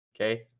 okay